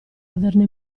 averne